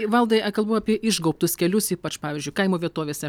valdą kalbu apie išgaubtus kelius ypač pavyzdžiui kaimo vietovėse